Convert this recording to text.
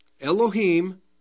Elohim